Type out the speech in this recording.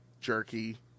jerky